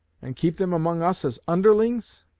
and keep them among us as underlings?